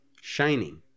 shining